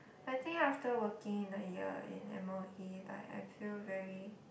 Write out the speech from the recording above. I think after working a year in m_o_e like I feel very